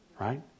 right